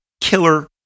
killer